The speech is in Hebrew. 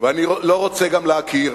ואני גם לא רוצה להכיר.